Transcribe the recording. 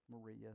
Maria